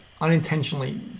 unintentionally